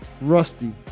rusty